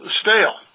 stale